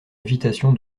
invitation